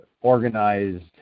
organized